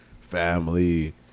family